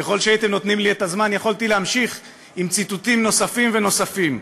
וככל שהייתם נותנים לי את הזמן יכולתי להמשיך בציטוטים נוספים ונוספים.